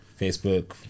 Facebook